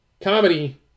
comedy